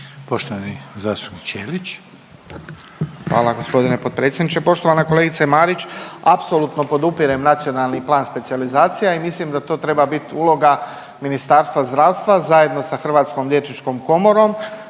Ivan (HDZ)** Hvala g. potpredsjedniče. Poštovana kolegice Marić, apsolutno podupirem Nacionalni plan specijalizacija i mislim da to treba bit uloga Ministarstva zdravstva zajedno sa Hrvatskom liječničkom komorom,